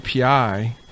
API